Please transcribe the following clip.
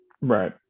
Right